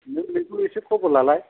नों बेखौ एसे खबर लालाय